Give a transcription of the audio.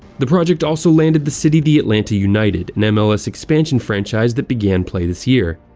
the project also landed the city the atlanta united, an mls expansion franchise that began play this year.